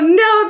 no